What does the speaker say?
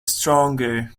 stronger